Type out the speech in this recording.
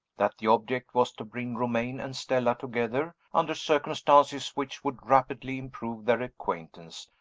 that the object was to bring romayne and stella together, under circumstances which would rapidly improve their acquaintance,